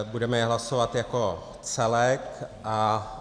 Budeme je hlasovat jako celek.